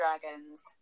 Dragons